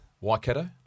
Waikato